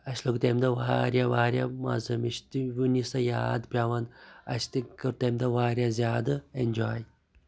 اَسہِ لوٚگ تِمہِ دۅہ واریاہ وارِیاہ مَزٕ مےٚ چھِ تِم وُنِس تام یاد پیٚوان اَسہِ تہِ کٔر تَمہِ دۅہ واریاہ زیادٕ اِنجاے